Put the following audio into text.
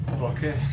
Okay